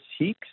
Heeks